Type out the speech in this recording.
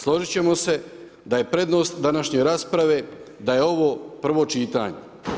Složit ćemo se da je prednost današnjoj raspravi da je ovo prvo čitanje.